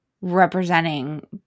representing